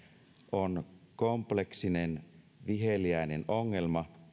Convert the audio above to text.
on kompleksinen viheliäinen ongelma